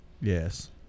yes